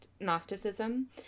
Gnosticism